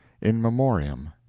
in memoriam,